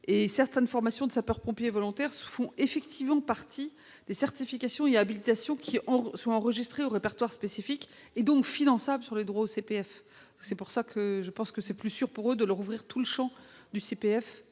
Certaines formations de sapeurs-pompiers volontaires font partie des certifications et habilitations qui sont enregistrées au répertoire spécifique, et donc finançables sur les droits au CPF. Il me semble donc plus sûr de leur ouvrir tout le champ du CPF